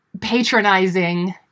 patronizing